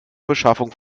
beschaffung